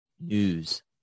news